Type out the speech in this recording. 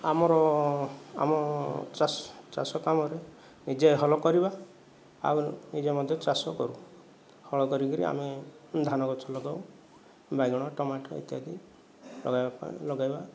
ଆମର ଆମ ଚାଷ କାମରେ ନିଜେ ହଳ କରିବା ଆଉ ନିଜେ ମଧ୍ୟ ଚାଷ କରୁ ହଳ କରିକିରି ଆମେ ଧାନ ଗଛ ଲଗାଉ ବାଇଗଣ ଟମାଟୋ ଇତ୍ୟାଦି ଲଗାଇବା ପାଇଁ ଲଗାଇବା